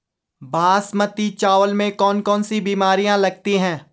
बासमती चावल में कौन कौन सी बीमारियां लगती हैं?